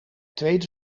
tweede